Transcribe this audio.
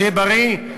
שיהיה בריא,